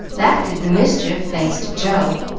that did the mischief, thanks to joe.